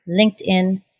LinkedIn